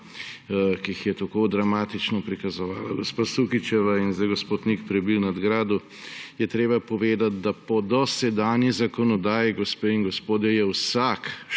ki jih je tako dramatično prikazovala gospa Sukičeva in zdaj gospod Nik Prebil nadgradil, je treba povedati, da po dosedanji zakonodaji, gospe in gospodje, je vsak športnik,